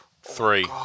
three